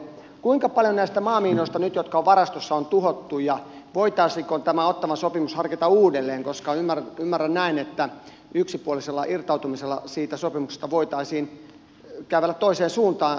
kuinka paljon nyt näistä maamiinoista jotka ovat varastossa on nyt tuhottu ja voitaisiinko tämä ottawan sopimus harkita uudelleen koska ymmärrän näin että yksipuolisella irtautumisella siitä sopimuksesta voitaisiin kävellä toiseen suuntaan